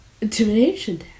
Intimidation